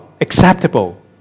acceptable